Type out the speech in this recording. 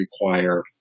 require